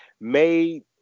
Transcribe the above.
made